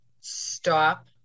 stop